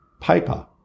paper